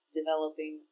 developing